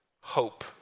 hope